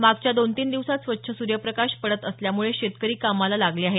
मागच्या दोन तीन दिवसात स्वच्छ सूर्यप्रकाश पडत असल्यामुळे शेतकरी कामाला लागले आहेत